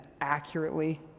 accurately